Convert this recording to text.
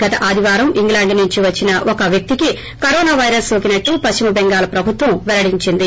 గత ఆదివారం ఇంగ్లాడ్ నుంచి వచ్చిన ఒక వ్యక్తికీ కరోనా పైరస్ నోకేసట్లు పశ్చిమ టెంగాల్ ప్రభుత్వం వెల్లడించింది